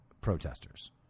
protesters